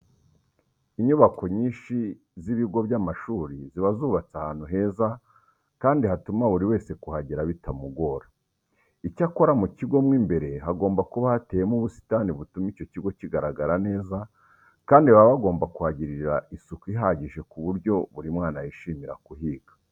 Inyubako nyinshi z'ibigo by'amashuri ziba zubatse ahantu heza kandi hatuma buri wese kuhagera bitamugora. Icyakora mu kigo mo imbere hagomba kuba hateyemo ubusitani butuma icyo kigo kigaragara neza kandi baba bagomba kuhagirira isuku ihagije ku buryo buri mwana yishimira kuhiga.